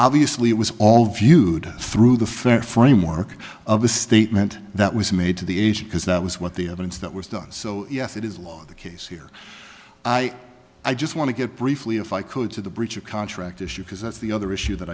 obviously it was all viewed through the first framework of the statement that was made to the age because that was what the evidence that was done so yes it is law the case here i i just want to get briefly if i could to the breach of contract issue because that's the other issue that